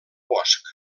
bosch